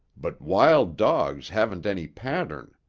but wild dogs haven't any pattern.